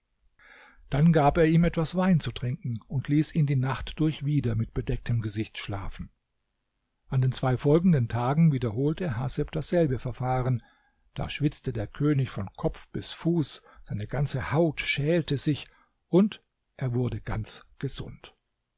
dann gab er ihm etwas wein zu trinken und ließ ihn die nacht durch wieder mit bedecktem gesicht schlafen an den zwei folgenden tagen wiederholte haseb dasselbe verfahren da schwitzte der könig von kopf bis fuß seine ganze haut schälte sich und er wurde ganz gesund